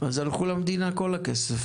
אז הלך למדינה כל הכסף.